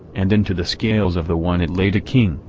and into the scales of the one it laid a king,